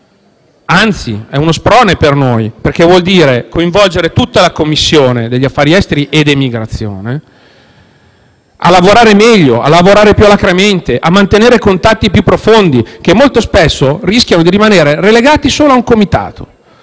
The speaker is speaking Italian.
anzi, è uno sprone per noi, perché vuol dire coinvolgere tutta la Commissione affari esteri, emigrazione a lavorare meglio e più alacremente e a mantenere contatti più profondi, che altrimenti rischierebbero di rimanere relegati solo a un comitato.